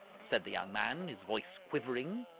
said the young man, his voice quivering,